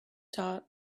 dot